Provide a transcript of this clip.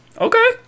okay